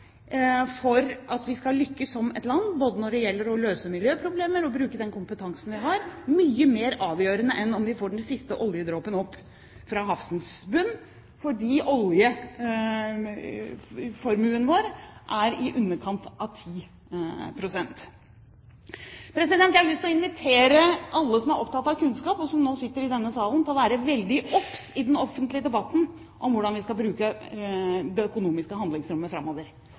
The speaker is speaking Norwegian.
for at vi skal lykkes som land – også når det gjelder å løse miljøproblemer – å bruke den kompetansen vi har. Det er mye mer avgjørende enn om vi får den siste oljedråpen opp fra havets bunn, for oljeformuen vår er i underkant av 10 pst. Jeg har lyst til å invitere alle som er opptatt av kunnskap, og som nå sitter i denne salen, til å være veldig obs i den offentlige debatten på hvordan vi skal bruke det økonomiske handlingsrommet framover.